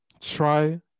try